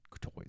toys